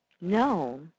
No